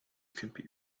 compete